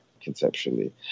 conceptually